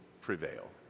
prevail